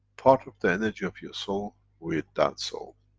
part of the energy of your soul with that soul.